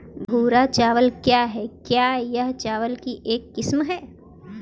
भूरा चावल क्या है? क्या यह चावल की एक किस्म है?